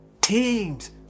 teams